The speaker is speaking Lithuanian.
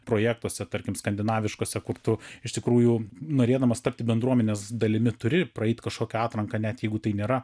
projektuose tarkim skandinaviškuose kur tu iš tikrųjų norėdamas tapti bendruomenės dalimi turi praeit kažkokią atranką net jeigu tai nėra